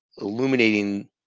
illuminating